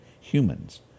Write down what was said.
humans